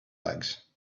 bags